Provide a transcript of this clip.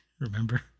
remember